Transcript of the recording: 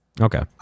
Okay